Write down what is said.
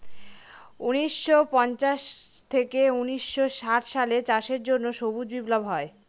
উনিশশো পঞ্চাশ থেকে উনিশশো ষাট সালে চাষের জন্য সবুজ বিপ্লব হয়